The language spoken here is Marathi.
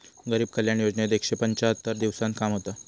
गरीब कल्याण योजनेत एकशे पंच्याहत्तर दिवसांत काम होता